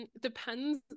depends